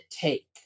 take